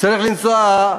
צריך לנסוע,